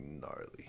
gnarly